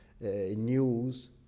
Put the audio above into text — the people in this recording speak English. news